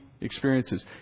experiences